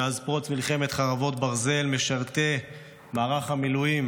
מאז פרוץ מלחמת חרבות ברזל משרתי מערך המילואים